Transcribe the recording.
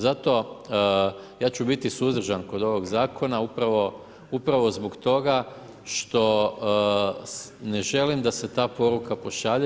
Zato ja ću biti suzdržan kod ovoga zakona upravo zbog toga što ne želim da se ta poruka pošalje.